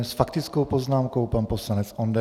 S faktickou poznámkou pan poslanec Onderka.